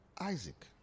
Isaac